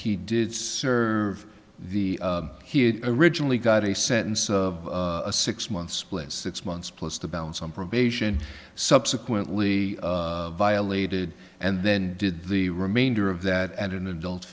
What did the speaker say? he did serve the he originally got a sentence of a six month split six months plus the balance on probation subsequently violated and then did the remainder of that at an adult